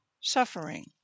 suffering